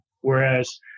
whereas